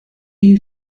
you